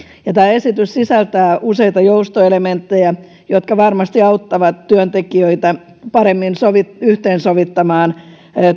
ja tämä esitys sisältää useita joustoelementtejä jotka varmasti auttavat työntekijöitä paremmin yhteensovittamaan